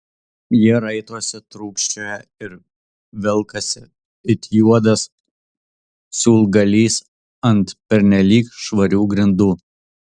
jie raitosi trūkčioja ir velkasi it juodas siūlgalys ant pernelyg švarių grindų